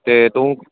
ਤੇ ਤੂੰ